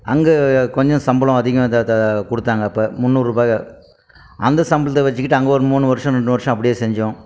அங்கே கொஞ்சம் சம்பளம் அதிகம் இதாக தான் கொடுத்தாங்க அப்போ முந்நூறு ரூபாய் அந்த சம்பளத்தை வெச்சுக்கிட்டு அங்கே ஒரு மூணு வருஷம் ரெண்டு வருஷம் அப்படியே செஞ்சோம்